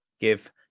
give